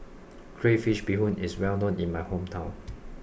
Crayfish Beehoon is well known in my hometown